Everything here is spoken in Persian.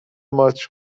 ماچ